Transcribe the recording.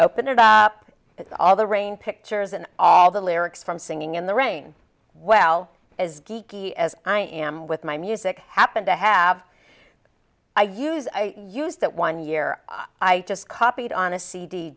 open it up all the rain pictures and all the lyrics from singing in the rain well as geeky as i am with my music happened to have i use i use that one year i just copied on a c